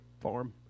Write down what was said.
farm